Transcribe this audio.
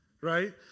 right